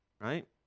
right